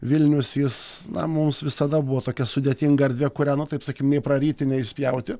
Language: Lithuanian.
vilnius jis na mums visada buvo tokia sudėtinga erdvė kurią nu taip sakykim nei praryti nei išspjauti